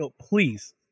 please